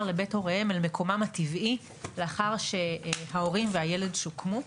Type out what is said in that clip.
לבית הוריהם אל מקומם הטבעי לאחר שההורים והילד שוקמו.